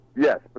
Yes